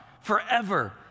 forever